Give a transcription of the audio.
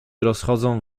rozchodzą